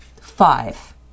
Five